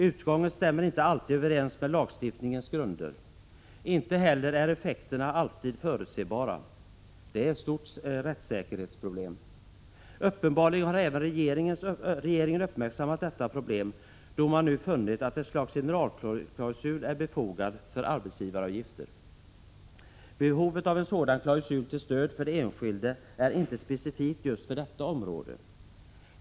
Utgången stämmer inte alltid överens med lagstiftningens grunder. Inte heller är effekterna alltid förutsebara. Detta är ett stort rättssäkerhetsproblem. Uppenbarligen har även regeringen uppmärksammat detta problem då man nu funnit att ett slags generalklausul är befogad för arbetsgivaravgifter. Behovet av en sådan klausul till stöd för den enskilde är inte specifikt just för detta område.